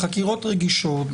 בחקירות רגישות,